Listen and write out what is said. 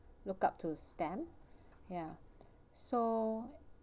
look up to stand ya so